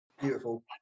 beautiful